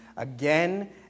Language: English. Again